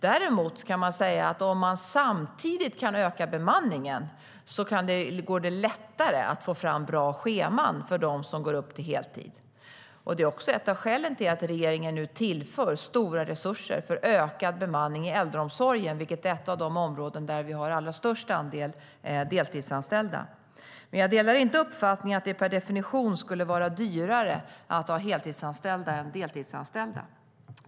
Däremot kan man säga att om man samtidigt kan öka bemanningen går det lättare att få fram bra scheman för dem som går upp till heltid. Det är också ett av skälen till att regeringen nu tillför stora resurser för ökad bemanning i äldreomsorgen, vilket är ett av de områden där vi har allra störst andel deltidsanställda. Jag delar inte uppfattningen att det per definition skulle vara dyrare att ha heltidsanställda än deltidsanställda.